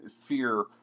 fear